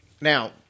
Now